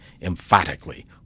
emphatically